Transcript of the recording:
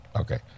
Okay